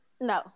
No